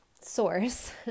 source